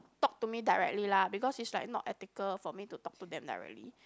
talk to me directly lah because is like not ethical for me to talk to them directly